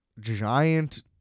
giant